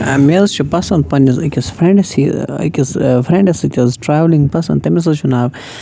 مےٚ حظ چھِ پَسنٛد پَنٛنِس أکِس فرٛٮ۪نٛڈَس یہِ أکِس فرٛٮ۪نٛڈَس سۭتۍ حظ ٹرٛاولِنٛگ پَسنٛد تٔمِس حظ چھُ ناو